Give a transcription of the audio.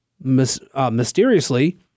Mysteriously